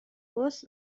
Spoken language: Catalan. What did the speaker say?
gos